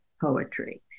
poetry